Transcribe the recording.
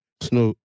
Snoop